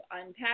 unpack